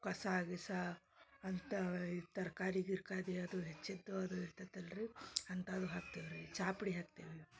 ಕಸ ಗಿಸ ಅಂತ ಇದು ತರಕಾರಿ ಗಿರ್ಕಾರಿ ಅದು ಹೆಚ್ಚಿದ್ದು ಅದು ಇರ್ತೈತಲ್ಲ ರೀ ಅಂಥದ್ದು ಹಾಕ್ತೇವೆ ರೀ ಚಾ ಪುಡಿ ಹಾಕ್ತೇವೆ